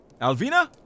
Alvina